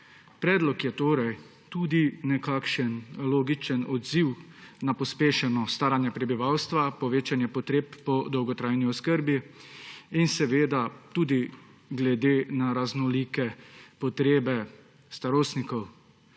Predlog je torej tudi nekakšen logičen odziv na pospešeno staranje prebivalstva, povečanje potreb po dolgotrajni oskrbi in seveda tudi glede na raznolike potrebe starostnikov.